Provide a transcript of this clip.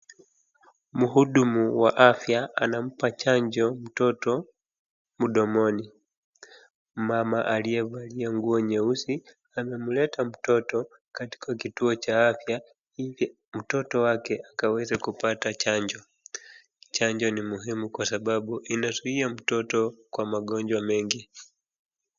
Mhudumu wa afya anampa chanjo mtoto mdomoni. Mama aliyevalia nguo nyeusi amemleta mtoto katika kituo cha afya ili mtoto wake akaweze kupata chanjo. Chanjo ni muhimu kwa sababu inazuia mtoto kwa magonjwa mengi.